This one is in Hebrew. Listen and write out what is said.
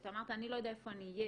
כשאתה אמרת: אני לא יודע איפה אני אהיה